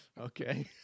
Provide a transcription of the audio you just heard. Okay